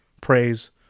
praise